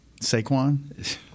Saquon